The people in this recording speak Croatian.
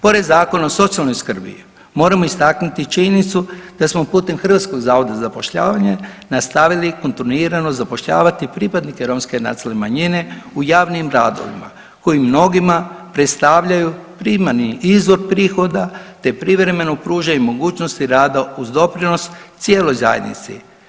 Pored Zakona o socijalnoj skrbi moramo istaknuti činjenicu da smo putem Hrvatskog zavoda za zapošljavanje nastavili kontinuirano zapošljavati pripadnike romske nacionalne manjine u javnim radovima koji mnogima predstavljaju primarni izvor prihoda, te privremeno pruža i mogućnosti rada uz doprinos cijeloj zajednici.